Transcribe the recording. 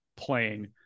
playing